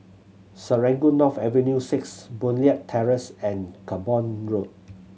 Serangoon North Avenue Six Boon Leat Terrace and Camborne Road